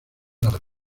las